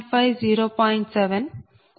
5 0